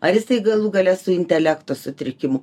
ar jisai galų gale su intelekto sutrikimu